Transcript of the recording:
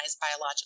biological